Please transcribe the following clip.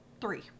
three